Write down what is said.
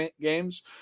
games